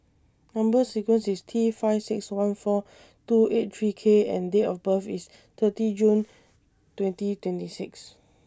Number sequence IS T five six one four two eight three K and Date of birth IS thirty June twenty twenty six